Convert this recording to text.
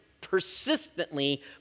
persistently